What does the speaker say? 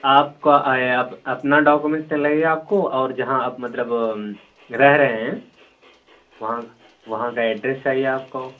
آپ کا آیا اپنا ڈاکومنٹس لگے گا آپ کو اور جہاں آپ مطلب رہ رہے ہیں وہاں کا وہاں کا ایڈریس چاہیے آپ کو